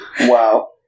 Wow